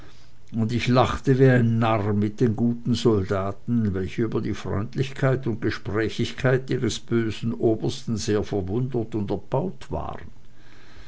und ich lachte wie ein narr mit den guten soldaten welche über die freundlichkeit und gesprächigkeit ihres bösen obersten sehr verwundert und erbaut waren